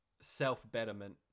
self-betterment